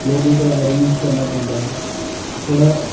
लोकें कोला अरेंज करना पौंदा ऐ थोह्ड़ा